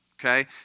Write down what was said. okay